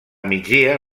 migdia